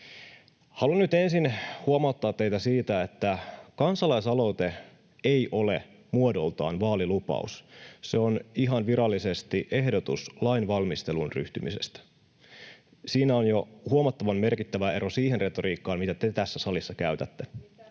Haluan nyt ensin huomauttaa teille siitä, että kansalaisaloite ei ole muodoltaan vaalilupaus. Se on ihan virallisesti ehdotus lainvalmisteluun ryhtymisestä. Siinä on jo huomattavan merkittävä ero siihen retoriikkaan, mitä te tässä salissa käytätte.